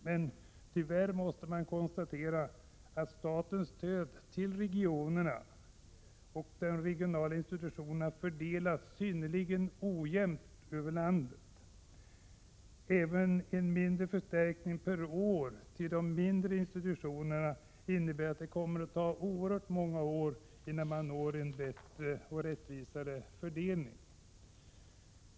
Men tyvärr måste man konstatera att statens stöd till regionala institutioner fördelas synnerligen ojämnt över landet. En mindre förstärkning per år till de mindre institutionerna innebär att det kommer att ta oerhört många år innan man når en bättre och rättvisare fördelning.